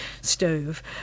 stove